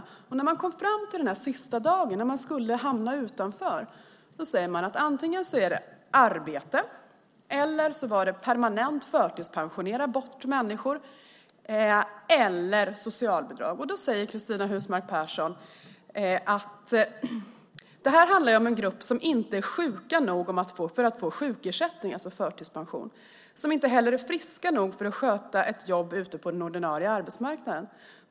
När den sjukskrivne kom fram till den sista dagen och skulle hamna utanför var det antingen arbete, permanent förtidspensionering eller socialbidrag som gällde. Cristina Husmark Pehrsson sade att detta handlar om en grupp som inte är sjuka nog för att få sjukersättning, alltså förtidspension, men heller inte är friska nog att sköta ett jobb ute på den ordinarie arbetsmarknaden.